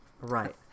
Right